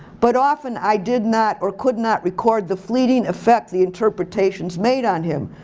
but often i did not or could not record the fleeting effect the interpretations made on him.